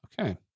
okay